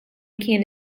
kien